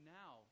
now